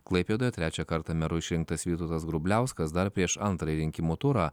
klaipėdoje trečią kartą meru išrinktas vytautas grubliauskas dar prieš antrąjį rinkimų turą